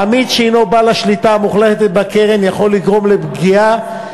העמית שהוא בעל השליטה המוחלטת בקרן יכול לגרום לפגיעה